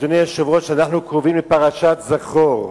אדוני היושב-ראש, אנחנו קרובים לפרשת זכור,